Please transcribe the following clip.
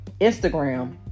Instagram